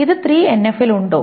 ഇത് 3NF ൽ ഉണ്ടോ